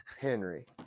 Henry